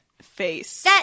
Face